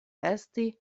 esti